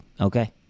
okay